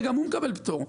וגם הוא מקבל פטור.